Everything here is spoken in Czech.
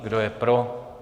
Kdo je pro?